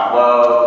love